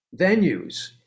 venues